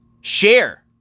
Share